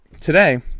today